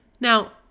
now